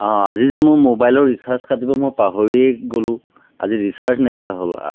অঁ আজি যে মোৰ মোবাইলৰ ৰিচাৰ্জ কাটিব মই পাহৰিয়ে গ'লোঁ আজি ৰিচাৰ্জ নাইকিয়া হ'ল